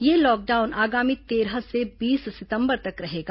यह लॉकडाउन आगामी तेरह से बीस सितंबर तक रहेगा